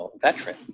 veteran